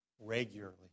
regularly